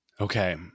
Okay